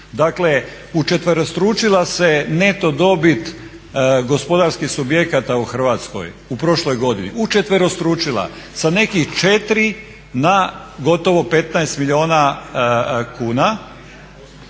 Dakle, učetverostručila se neto dobit gospodarskih subjekata u Hrvatskoj, u prošloj godini, učetverostručila. Sa nekih 4 na gotovo 15 milijuna kuna,